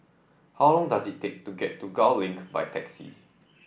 how long does it take to get to Gul Link by taxi